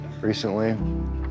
recently